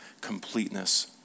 completeness